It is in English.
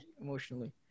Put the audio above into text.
emotionally